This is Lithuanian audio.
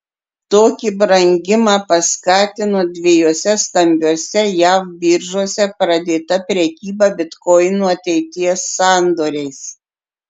tokį brangimą paskatino dviejose stambiose jav biržose pradėta prekyba bitkoinų ateities sandoriais